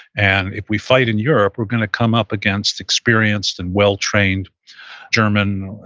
and if we fight in europe, we're going to come up against experienced and well-trained german,